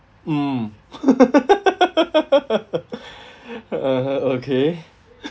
mm (uh huh) okay